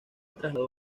trasladó